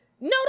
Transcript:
No